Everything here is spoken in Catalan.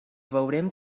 veurem